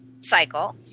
cycle